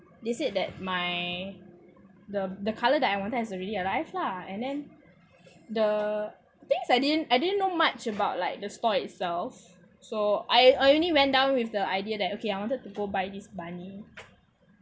they said that my the the colour that I wanted has already arrived lah and then the I think I didn't I didn't know much about like the store itself so I I only went down with the idea that okay I wanted to go buy this bunny